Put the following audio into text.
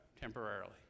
Temporarily